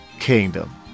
kingdom